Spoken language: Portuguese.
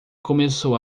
começou